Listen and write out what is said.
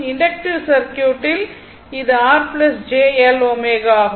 inductive சர்க்யூட்டில் இது R j L ω ஆகும்